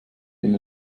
denn